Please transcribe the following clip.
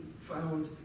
found